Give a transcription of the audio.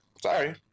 Sorry